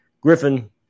Griffin